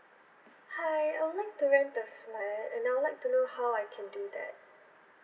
hi I would like to rent a flat and I would like to know how I can do that